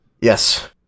Yes